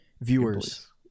viewers